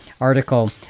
article